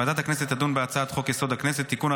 ועדת הכנסת תדון בהצעת חוק-יסוד: הכנסת (תיקון,